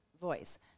voice